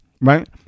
right